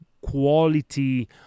quality